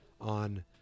on